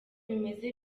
bimeze